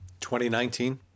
2019